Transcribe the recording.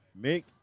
Mick